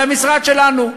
זה המשרד שלנו,